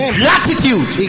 gratitude